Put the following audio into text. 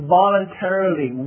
voluntarily